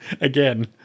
again